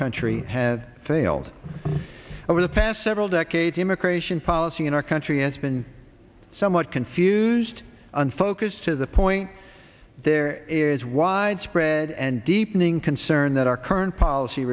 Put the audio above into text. country have failed over the past several decades immigration policy in our country has been somewhat confused unfocused to the point there is widespread and deepening concern that our current policy